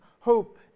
Hope